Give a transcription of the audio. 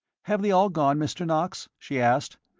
have they all gone, mr. knox? she asked.